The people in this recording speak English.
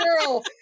girl